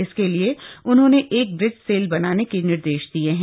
इसके लिए उन्होंने एक ब्रिज सेल बनाने के निर्देश दिये हैं